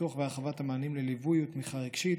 פיתוח והרחבת המענים לליווי ותמיכה רגשית,